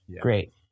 Great